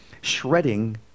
shredding